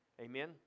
Amen